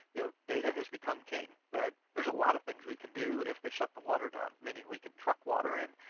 you know data has become king. there's a lot of things we can do if they shut the water down, meaning we can truck water in.